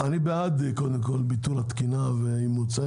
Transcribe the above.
קודם כל אני בעד ביטול התקינה ואימוץ.